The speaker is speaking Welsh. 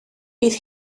bydd